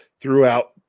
throughout